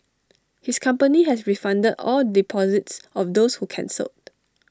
his company has refunded all deposits of those who cancelled